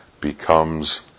becomes